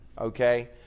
okay